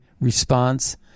response